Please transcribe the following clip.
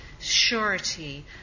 surety